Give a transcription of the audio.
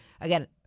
again